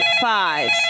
five